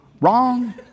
wrong